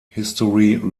history